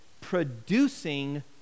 producing